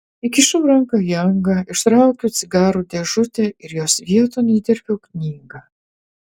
įkišau ranką į angą ištraukiau cigarų dėžutę ir jos vieton įterpiau knygą